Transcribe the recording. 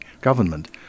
government